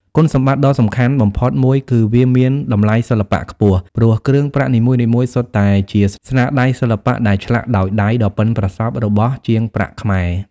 គុណសម្បត្តិដ៏សំខាន់បំផុតមួយគឺ វាមានតម្លៃសិល្បៈខ្ពស់ ព្រោះគ្រឿងប្រាក់នីមួយៗសុទ្ធតែជាស្នាដៃសិល្បៈដែលឆ្លាក់ដោយដៃដ៏ប៉ិនប្រសប់របស់ជាងប្រាក់ខ្មែរ។